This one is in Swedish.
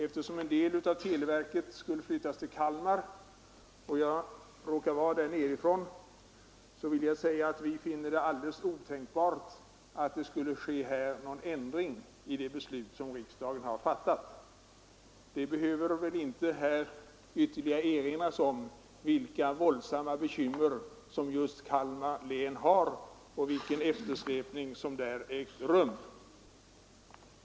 Eftersom en del av televerket skall flyttas till min hemstad Kalmar, vill jag klart säga ifrån att vi där finner det alldeles otänkbart med någon ändring i det beslut som riksdagen fattat. Det behöver väl inte här återigen erinras om vilka våldsamma bekymmer som just Kalmar län har och vilken eftersläpning som där ägt rum.